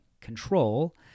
control